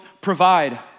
provide